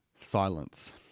silence